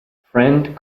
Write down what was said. friend